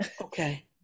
Okay